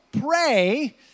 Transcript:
pray